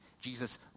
Jesus